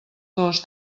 dos